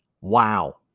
Wow